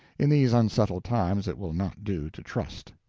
in these unsettled times it will not do to trust.